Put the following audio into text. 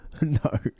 No